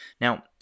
now